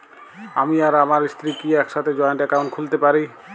আমি আর আমার স্ত্রী কি একসাথে জয়েন্ট অ্যাকাউন্ট খুলতে পারি?